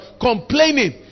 Complaining